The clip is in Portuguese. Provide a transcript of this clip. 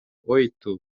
oito